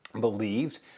believed